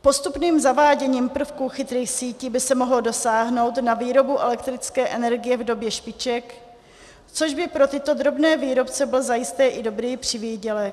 Postupným zaváděním prvků chytrých sítí by se mohlo dosáhnout na výrobu elektrické energie v době špiček, což by pro tyto drobné výrobce byl zajisté i dobrý přivýdělek.